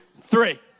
three